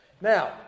Now